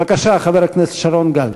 בבקשה, חבר הכנסת שרון גל.